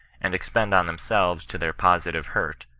and expend on themselves to their positiye hurt,